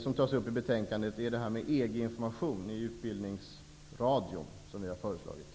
som tas upp i betänkandet gäller detta med EG information i Utbildningsradion som vi har föreslagit.